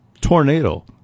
tornado